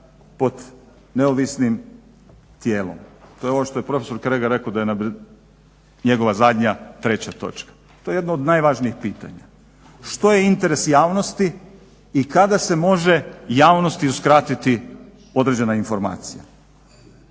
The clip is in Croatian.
pod neovisnim tijelom? To je ovo što je prof. Kregar rekao da je njegova zadnja treća točka. To je jedno od najvažnijih pitanja. Što je interes javnosti i kada se može javnosti uskratiti određena informacija?